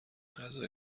غذا